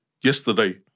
yesterday